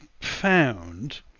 found